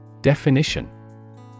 Definition